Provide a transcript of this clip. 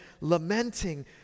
lamenting